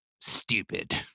stupid